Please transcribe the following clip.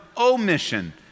omission